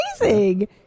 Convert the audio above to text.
amazing